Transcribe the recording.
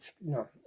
no